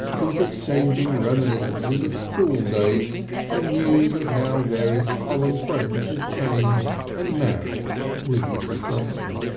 who was exchanging reminiscences of school days and news of how various common friends had changed and married with mrs. johnson.